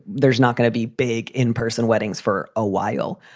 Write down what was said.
there's not going to be big in-person weddings for a while.